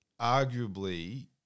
arguably